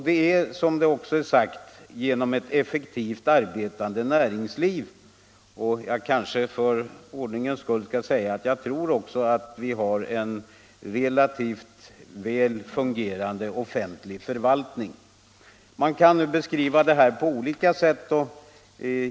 Detta har vi uppnått genom ett effektivt arbetande näringsliv. Jag kanske för ordningens skull skall säga att jag också tror att vi har en relativt väl fungerande offentlig förvaltning. Man kan nu beskriva allt detta på olika sätt.